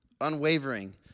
unwavering